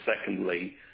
secondly